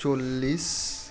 চল্লিশ